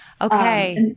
okay